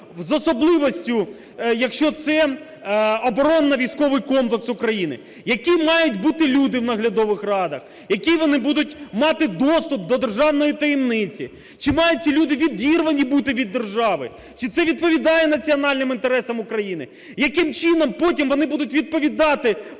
з особливістю, якщо це оборонно-військовий комплекс України. Які мають бути люди в наглядових радах? Який вони будуть мати доступ до державної таємниці? Чи мають ці люди відірвані бути від держави, чи це відповідає національним інтересам України? Яким чином потім вони будуть відповідати перед